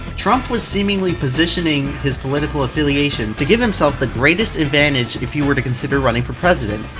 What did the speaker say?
trump was seemingly positioning his political affiliation to give himself the greatest advantage, if you were to consider running for president.